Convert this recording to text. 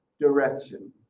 direction